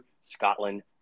Scotland